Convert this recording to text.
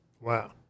Wow